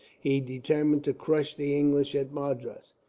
he determined to crush the english at madras.